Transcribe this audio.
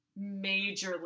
majorly